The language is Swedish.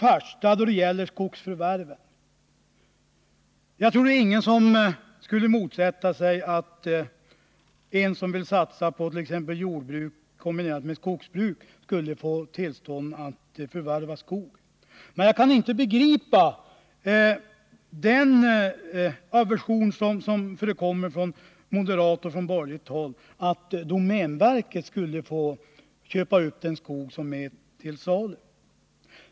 När det gäller skogsförvärven tror jag inte att någon skulle motsätta sig att en person som vill satsa på jordbruk kombinerat med skogsbruk skulle få tillstånd att förvärva skog. Men jag kan inte begripa den aversion som förekommer på moderat och annat borgerligt håll mot att domänverket skulle få köpa upp den skog som är till salu.